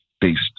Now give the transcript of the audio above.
based